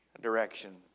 direction